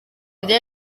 rya